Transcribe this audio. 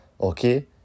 Okay